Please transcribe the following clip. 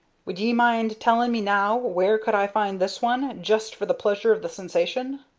would ye mind tellin' me now where could i find this one, just for the pleasure of the sensation?